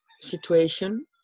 situation